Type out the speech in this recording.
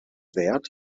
wert